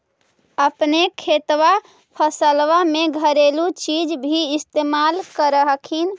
अपने खेतबा फसल्बा मे घरेलू चीज भी इस्तेमल कर हखिन?